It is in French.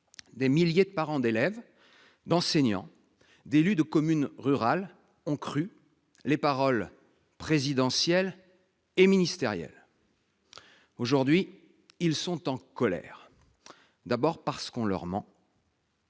Des milliers de parents d'élèves, d'enseignants et d'élus de communes rurales ont cru les paroles présidentielle et ministérielle. Aujourd'hui, ils sont en colère. D'abord parce qu'on leur ment.